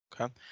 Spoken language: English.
Okay